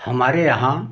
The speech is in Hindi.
हमारे यहाँ